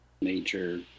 nature